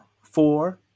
four